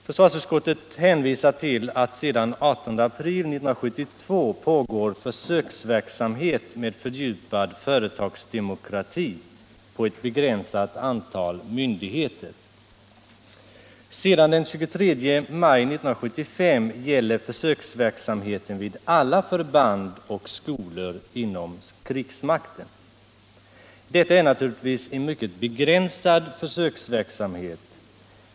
Försvarsutskottet hänvisar till att det sedan den 18 april 1972 pågår försöksversamhet med fördjupad företagsdemokrati vid ett begränsat antal myndigheter. Sedan den 23 maj 1975 gäller försöksverksamheten vid alla förband och skolor inom krigsmakten. Detta är naturligtvis en mycket begränsad försöksverksamhet.